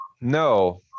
no